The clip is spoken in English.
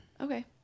Okay